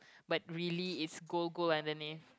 but really is gold gold underneath